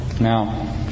Now